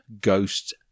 Ghosts